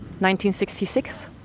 1966